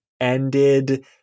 ended